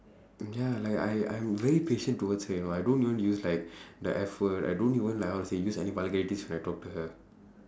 and ya like I I am very patient towards her you know I don't even use like the F word I don't even like how to say use any vulgarities when I talk to her